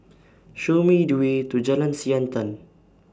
Show Me The Way to Jalan Siantan